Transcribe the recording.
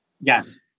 Yes